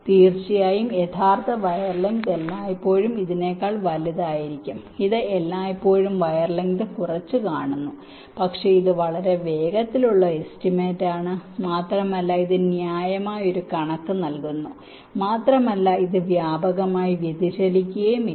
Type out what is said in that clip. തീർച്ചയായും യഥാർത്ഥ wire length എല്ലായ്പ്പോഴും ഇതിനേക്കാൾ വലുതായിരിക്കും ഇത് എല്ലായ്പ്പോഴും വയർ ലെങ്ത് കുറച്ചുകാണുന്നു പക്ഷേ ഇത് വളരെ വേഗത്തിലുള്ള എസ്റ്റിമേറ്റാണ് മാത്രമല്ല ഇത് ന്യായമായ ഒരു കണക്ക് നൽകുന്നു മാത്രമല്ല ഇത് വ്യാപകമായി വ്യതിചലിക്കുകയുമല്ല